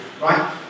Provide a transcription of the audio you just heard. right